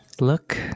Look